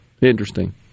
Interesting